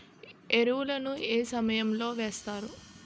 ఎరువుల ను ఏ సమయం లో వేస్తారు?